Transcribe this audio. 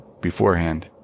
beforehand